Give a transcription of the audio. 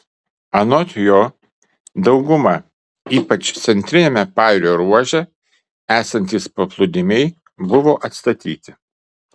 anot jo dauguma ypač centriniame pajūrio ruože esantys paplūdimiai buvo atstatyti